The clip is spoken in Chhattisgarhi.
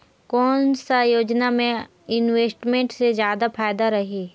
कोन सा योजना मे इन्वेस्टमेंट से जादा फायदा रही?